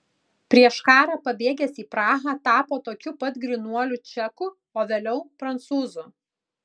prieš karą pabėgęs į prahą tapo tokiu pat grynuoliu čeku o vėliau prancūzu